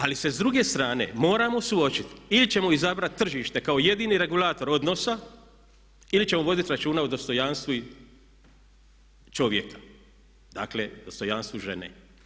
Ali se s druge strane moramo suočiti ili ćemo izabrati tržište kao jedini regulator odnosa ili ćemo voditi računa o dostojanstvu čovjeka, dakle dostojanstvu žene.